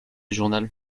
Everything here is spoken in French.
journal